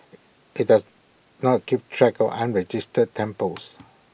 IT does not keep track of unregistered temples